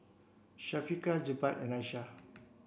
Syafiqah Jebat and Aisyah